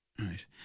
Right